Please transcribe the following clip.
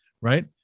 right